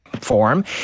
form